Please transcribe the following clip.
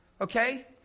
Okay